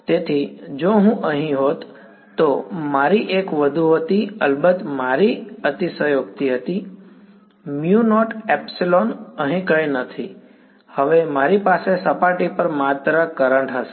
તેથી જો હું અહીં હોત તો આ મારી એક વધુ હતી અલબત્ત આ મારી અતિશયોક્તિ છે મ્યુ નૉટ એપ્સિલન અહીં કંઈ નથી હવે મારી પાસે સપાટી પર માત્ર કરંટ હશે